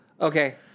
okay